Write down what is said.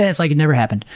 it's like it never happened.